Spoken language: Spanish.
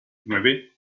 nueve